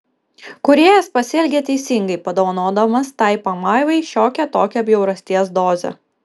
kūrėjas pasielgė teisingai padovanodamas tai pamaivai šiokią tokią bjaurasties dozę